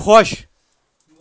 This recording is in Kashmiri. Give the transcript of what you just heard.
خۄش